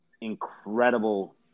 incredible